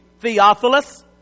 Theophilus